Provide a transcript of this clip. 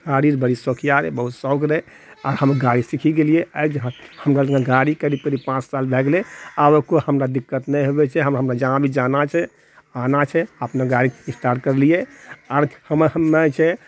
गाड़ीके बड़ा शौकिया रहए बहुत शौक रहए हम गाड़ी सीखी गेलिऐ हमरा गाड़ीके करीब करीब पाँच साल भए गेलए आब कोई हमरा दिक्कत नहि होबैत छै हमरा अपना जहाँ भी जाना छै आना छै अपना गाड़ी स्टार्ट करलिऐ आर हमे जे छै